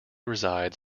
resides